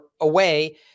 away